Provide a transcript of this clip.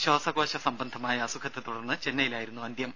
ശ്വാസകോശ സംബന്ധമായ അസുഖത്തെത്തുടർന്ന് ചെന്നൈയിലായിരുന്നു അന്ത്യം